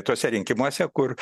tuose rinkimuose kur